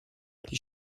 die